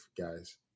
guys